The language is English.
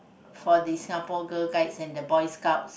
for the Singapore girl guides and the boy scouts